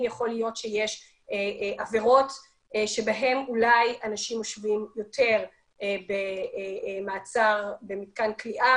יכול להיות שיש עבירות שבהן אולי אנשים יושבים יותר במתקן כליאה